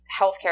healthcare